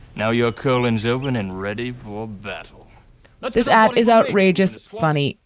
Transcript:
now you're curlin zethoven and ready for battle but this ad is outrageous. funny,